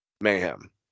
mayhem